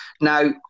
Now